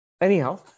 Anyhow